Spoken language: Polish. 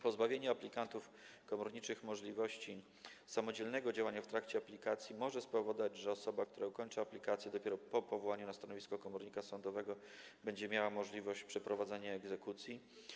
Pozbawienie aplikantów komorniczych możliwości samodzielnego działania w trakcie aplikacji może spowodować, że osoba, która ukończy aplikację, dopiero po powołaniu na stanowisko komornika sądowego będzie miała możliwość przeprowadzania egzekucji.